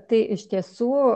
tai iš tiesų